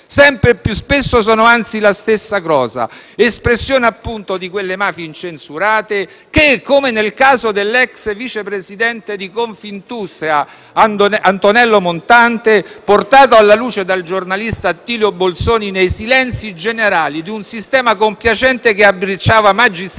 Sempre più spesso sono anzi la stessa cosa: espressione appunto di quelle mafie incensurate che, come nel caso dell'*ex* vice presidente di Confindustria, Antonello Montante, portato alla luce dal giornalista Attilio Bolzoni, nei silenzi generali di un sistema compiacente che abbracciava magistrati,